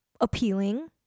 appealing